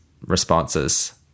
responses